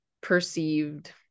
perceived